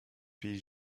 pays